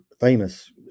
famous